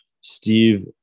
Steve